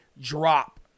drop